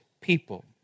people